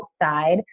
outside